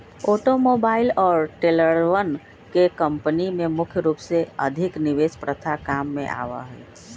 automobile और ट्रेलरवन के कम्पनी में मुख्य रूप से अधिक निवेश प्रथा काम में आवा हई